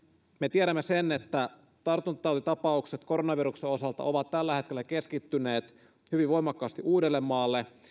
me tiedämme sen että tartuntatautitapaukset koronaviruksen osalta ovat tällä hetkellä keskittyneet hyvin voimakkaasti uudellemaalle